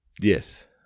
Yes